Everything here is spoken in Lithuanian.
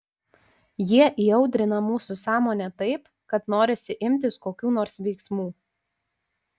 jie įaudrina mūsų sąmonę taip kad norisi imtis kokių nors veiksmų